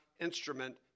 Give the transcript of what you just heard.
instrument